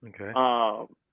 Okay